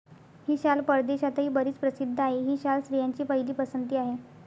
ही शाल परदेशातही बरीच प्रसिद्ध आहे, ही शाल स्त्रियांची पहिली पसंती आहे